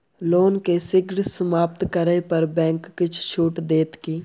loan केँ शीघ्र समाप्त करै पर बैंक किछ छुट देत की